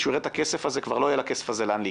כשהוא יראה את הכסף הזה כבר לא יהיה לכסף הזה לאן להיכנס,